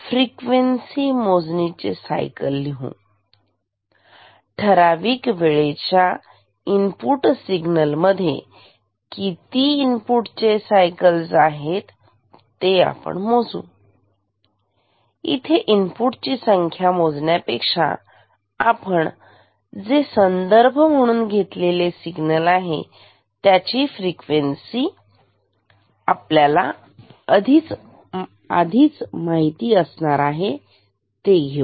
frequency मोजणी चे cycle लिहू ठराविक वेळेच्या इनपुट सिग्नल मध्ये किती इनपुट चे किती सायकल्स आहेत ते मोजू आणि इथे इनपुट ची संख्या मोजण्यापेक्षा आपण जे संदर्भ म्हणून घेतलेले सिग्नल आहे त्याची फ्रिक्वेन्सी आपल्याला आधीच माहीत आहे ते घेऊ